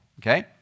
okay